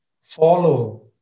follow